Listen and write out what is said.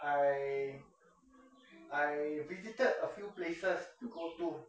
I I visited a few places to go to